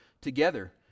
together